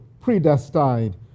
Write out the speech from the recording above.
predestined